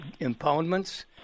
impoundments